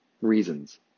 reasons